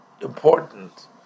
important